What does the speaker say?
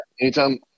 Anytime